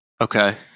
Okay